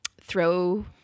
throw